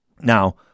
Now